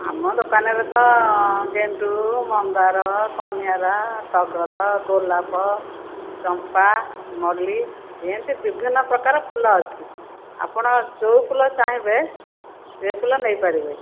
ଆମ ଦୋକାନରେ ତ ଗେଣ୍ଡୁ ମନ୍ଦାର କନିଅର ଟଗର ଗୋଲାପ ଚମ୍ପା ମଲ୍ଲି ଏମିତି ବିଭିନ୍ନ ପ୍ରକାର ଫୁଲ ଅଛି ଆପଣ ଯେଉଁ ଫୁଲ ଚାହିଁବେ ସେ ଫୁଲ ନେଇପାରିବେ